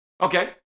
Okay